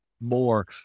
more